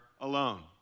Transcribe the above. alone